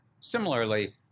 Similarly